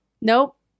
nope